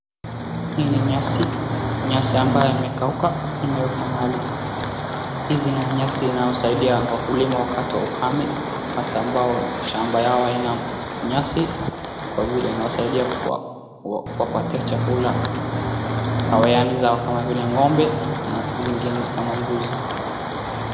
Hii ni nyasi. Nyasi ambayo imekauka, imewekwa mahali. Hizi na nyasi inayosaidia wakulima wakati wa ukame, wakati ambao shamba yao haina nyasi kwa vile inawasaidia kuwapatia chakula hawayani zao kama vile ng'ombe na zingine kama mbuzi.